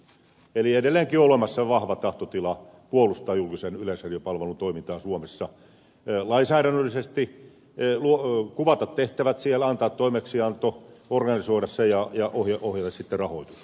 eli edelleenkin on olemassa vahva tahtotila puolustaa julkisen yleisradiopalvelun toimintaa suomessa lainsäädännöllisesti kuvata tehtävät siellä antaa toimeksianto organisoida se ja ohjata sitten rahoitus